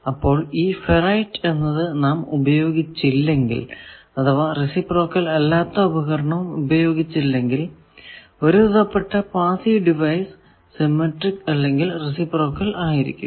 അപ്പോൾ ഈ ഫെറൈറ്റ് നാം ഉപയോഗിച്ചില്ലെങ്കിൽ അഥവാ റേസിപ്രോക്കൽ അല്ലാത്ത ഉപകരണം ഉപയോഗിച്ചില്ലെങ്കിൽ ഒരുവിധപ്പെട്ട പാസ്സീവ് ഡിവൈസ് എല്ലാം സിമെട്രിക് അല്ലെങ്കിൽ റേസിപ്രോക്കൽ ആയിരിക്കും